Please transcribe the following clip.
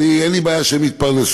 ואני, אין לי בעיה שהן יתפרנסו,